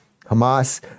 Hamas